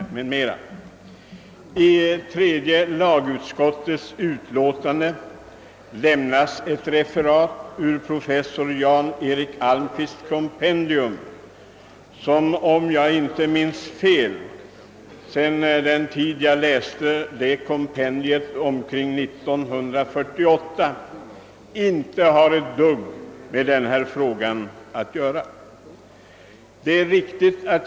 I tredje lagutskottets utlåtande lämnas ett referat ur professor Jan Eric Almquists kompendium, som — om jag inte minns fel sedan den tid omkring 1948 då jag läste detta kompendium — inte har med denna fråga att göra.